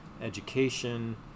education